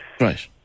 right